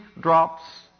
drops